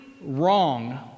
wrong